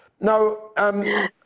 Now